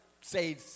say